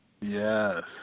Yes